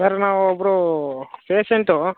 sir ನಾವು ಒಬ್ಬರು patient